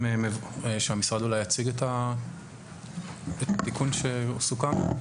אולי שהמשרד יציג את התיקון שסוכם עליו.